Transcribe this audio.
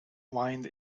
wind